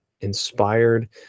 inspired